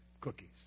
cookies